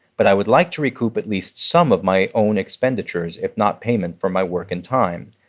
but i would like to recoup at least some of my own expenditures if not payment for my work and time.